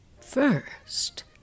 First